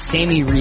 Sammy